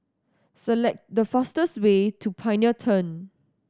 select the fastest way to Pioneer Turn